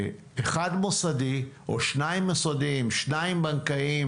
אחד מוסדי, שניים בנקאיים